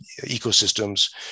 ecosystems